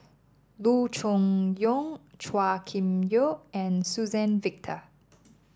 Loo Choon Yong Chua Kim Yeow and Suzann Victor